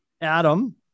Adam